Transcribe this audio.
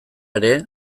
ere